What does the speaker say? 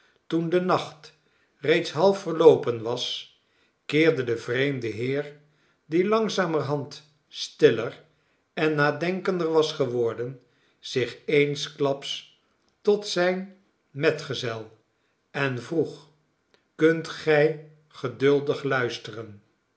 toen de nacht reeds half verloopen was keerde de vreemde heer die langzamerhand stiller en nadenkender was geworden zich eensklaps tot zijn metgezel en vroeg kunt gij geduldig luisteren